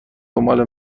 دنبال